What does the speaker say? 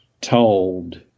told